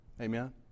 Amen